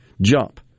jump